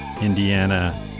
indiana